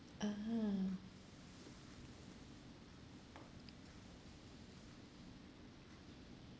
(uh huh)